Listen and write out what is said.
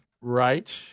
Right